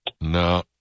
No